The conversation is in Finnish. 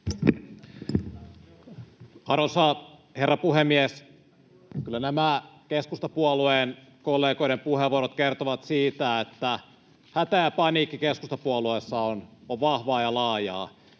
Arvoisa herra puhemies! Kyllä nämä keskustapuolueen kollegoiden puheenvuorot kertovat siitä, että hätä ja paniikki keskustapuolueessa on vahvaa ja laajaa